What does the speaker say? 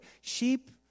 Sheep